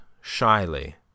shyly